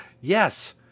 Yes